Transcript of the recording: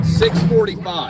6.45